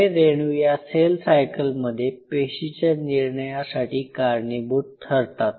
हे रेणू या सेल सायकलमध्ये पेशीच्या निर्णयासाठी कारणीभूत ठरतात